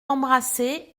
l’embrasser